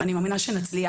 אני מאמינה שנצליח.